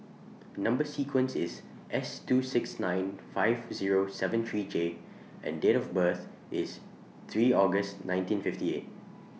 Number sequence IS S two six nine five Zero seven three J and Date of birth IS three August nineteen fifty eight